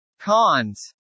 Cons